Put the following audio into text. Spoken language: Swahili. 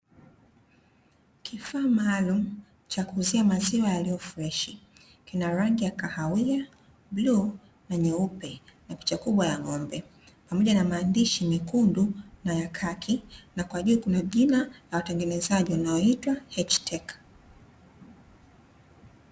Kifaa maalumu cha kuuzia maziwa yaliyofreshi. Kina rangi ya kahawia, bluu na nyeupe na picha kubwa ya ng'ombe; pamoja na maandishi mekundu na ya khaki, na kwa juu kuna jina la watengenezaji wanaoitwa "H-TECH".